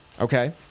Okay